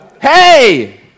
hey